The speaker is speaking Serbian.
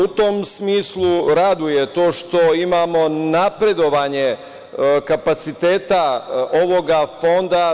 U tom smislu raduje me to što imamo napredovanje kapaciteta ovog Fonda.